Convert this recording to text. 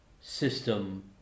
system